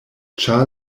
ĉar